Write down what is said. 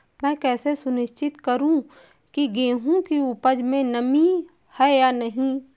मैं कैसे सुनिश्चित करूँ की गेहूँ की उपज में नमी है या नहीं?